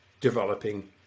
developing